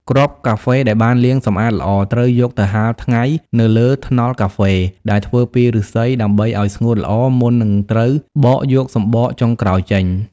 គ្រាប់កាហ្វេដែលបានលាងសម្អាតល្អ ត្រូវយកទៅហាលថ្ងៃនៅលើថ្នល់កាហ្វេ ដែលធ្វើពីឫស្សី ដើម្បីឲ្យស្ងួតល្អ មុននឹងត្រូវបកយកសំបកចុងក្រោយចេញ។